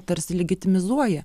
tarsi legitimizuoja